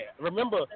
Remember